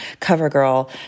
CoverGirl